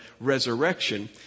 resurrection